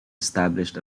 established